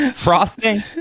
Frosting